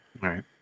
right